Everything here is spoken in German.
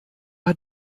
hat